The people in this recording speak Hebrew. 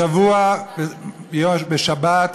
השבוע בשבת,